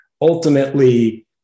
ultimately